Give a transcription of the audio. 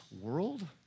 world